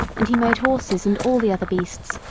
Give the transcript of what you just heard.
and he made horses and all the other beasts,